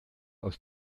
aus